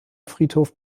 friedhof